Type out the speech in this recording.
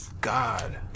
God